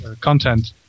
content